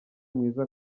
mwiza